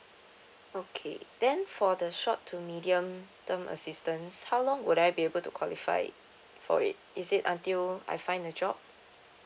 okay then for the short to medium term assistance how long would I be able to qualify for it is it until I find a job